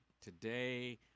Today